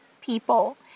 people